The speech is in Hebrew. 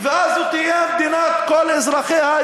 ואז זו תהיה מדינת כל אזרחיה,